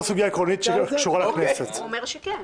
סוגיה עקרונית שלא קשורה --- הוא אומר שכן.